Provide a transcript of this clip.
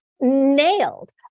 nailed